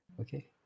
Okay